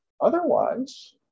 Otherwise